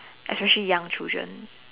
especially young children